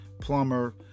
plumber